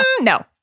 no